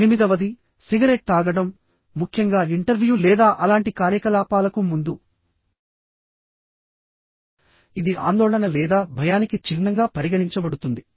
ఎనిమిదవదిసిగరెట్ తాగడంముఖ్యంగా ఇంటర్వ్యూ లేదా అలాంటి కార్యకలాపాలకు ముందు ఇది ఆందోళన లేదా భయానికి చిహ్నంగా పరిగణించబడుతుంది